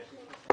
כן.